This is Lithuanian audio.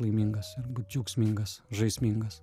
laimingas arba džiaugsmingas žaismingas